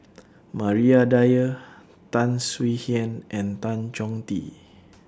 Maria Dyer Tan Swie Hian and Tan Chong Tee